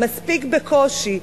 מספיק בקושי,